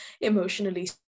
emotionally